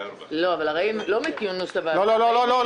לא, אבל ארעי --- לא, לא.